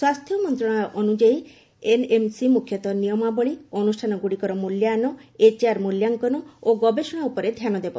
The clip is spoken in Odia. ସ୍ୱାସ୍ଥ୍ୟ ମନ୍ତ୍ରଣାଳୟ ଅନୁଯାୟୀ ଏନଏମସି ମୁଖ୍ୟତଃ ନିୟମାବଳୀ ଅନୁଷ୍ଠାନଗୁଡ଼ିକର ମ୍ବଲ୍ୟାୟନ ଏଚଆର ମୂଲ୍ୟାଙ୍କନ ଓ ଗବେଷଣା ଉପରେ ଧ୍ୟାନ ଦେବ